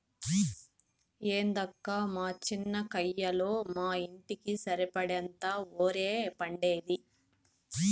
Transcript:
ఏందక్కా మా చిన్న కయ్యలో మా ఇంటికి సరిపడేంత ఒరే పండేది